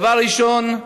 דבר ראשון,